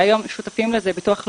היום שותפים לזה ביטוח לאומי,